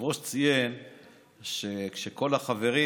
שהיושב-ראש ציין שכשכל החברים